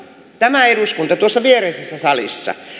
tämä eduskunta tuossa viereisessä salissa